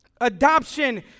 Adoption